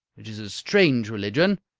it is a strange religion,